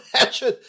imagine